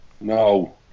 no